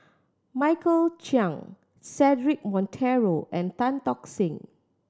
Michael Chiang Cedric Monteiro and Tan Tock Seng